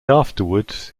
afterwards